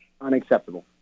unacceptable